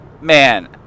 man